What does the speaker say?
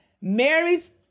mary's